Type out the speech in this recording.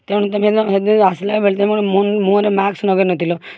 ତେଣୁ ତମେ ହେଦିନ ହେଦିନ ଆସିଲା ବେଳେ ତମେ ମନ ମୁହଁରେ ମାସ୍କ ଲଗାଇ ନଥିଲ